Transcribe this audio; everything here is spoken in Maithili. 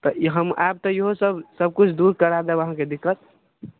तऽ ई हम आएब तऽ इहो सब सब किछु दूर करा देब अहाँके दिक्कत